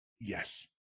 yes